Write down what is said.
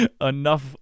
enough